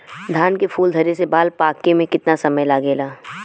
धान के फूल धरे से बाल पाके में कितना समय लागेला?